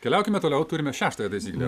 keliaukime toliau turime šeštąją taisyklę